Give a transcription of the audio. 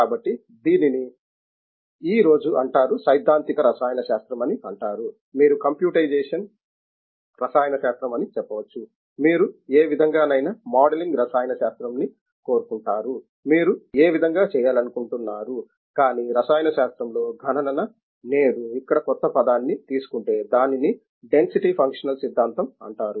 కాబట్టి దీనిని ఈ రోజు అంటారు సైద్ధాంతిక రసాయన శాస్త్రం అని అంటారు మీరు కంప్యూటేషనల్ రసాయన శాస్త్రం అని చెప్పవచ్చు మీరు ఏ విధంగానైనా మోడలింగ్ రసాయన శాస్త్రం ని కోరుకుంటారు మీరు ఏ విధంగా చేయాలనుకుంటున్నారు కానీ రసాయన శాస్త్రంలో గణన నేడు ఇక్కడ కొత్త పదాన్ని తీసుకుంటే దానిని డెన్సిటీ ఫంక్షనల్ సిద్ధాంతం అంటారు